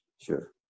Sure